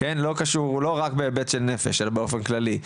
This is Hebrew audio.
לא רק בהיבט של נפש אלא באופן כללי.